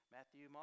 Matthew